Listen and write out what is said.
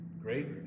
great